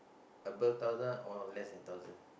above thousand or less than thousand